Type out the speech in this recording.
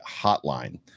Hotline